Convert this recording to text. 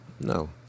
no